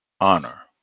honor